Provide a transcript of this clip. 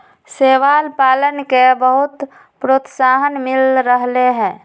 शैवाल पालन के बहुत प्रोत्साहन मिल रहले है